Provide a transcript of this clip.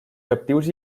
captius